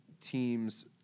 teams